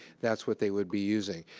that's what they would be using.